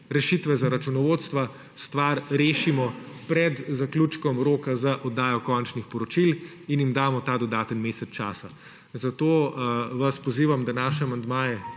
rešitve za računovodstva stvar rešimo pred zaključkom roka za oddajo končnih poročil in jim damo ta dodaten mesec časa. Zato vas pozivam, da naše amandmaje